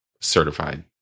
certified